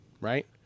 right